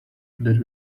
that